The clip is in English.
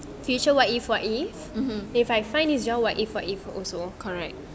future what if what if if I find this job what if what if also